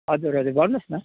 हजुर हजुर भन्नुहोस् न